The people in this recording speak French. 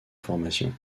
formation